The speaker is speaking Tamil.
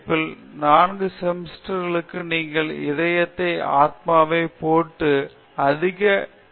அல்லது எம்பிஏ படிப்பில் 4 செமஸ்டர்களுக்காக உங்கள் இதயத்தையும் ஆத்மாவையும் போட்டு அதிக ஜி